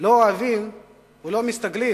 לא אוהבים ולא מסתגלים